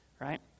right